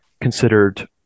considered